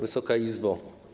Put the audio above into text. Wysoka Izbo!